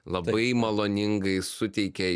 labai maloningai suteikia